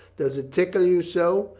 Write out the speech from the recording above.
does it tickle you so?